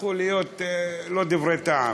הפכו להיות לא דברי טעם.